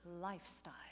lifestyle